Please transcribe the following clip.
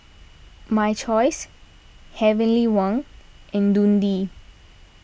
My Choice Heavenly Wang and Dundee